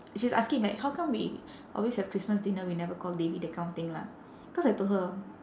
she was asking like how come we always have christmas dinner we never call devi that kind of thing lah cause I told her